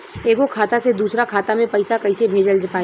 एगो खाता से दूसरा खाता मे पैसा कइसे भेजल जाई?